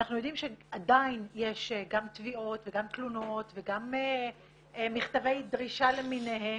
ואנחנו יודעים שעדיין יש גם תביעות וגם תלונות וגם מכתבי דרישה למיניהם.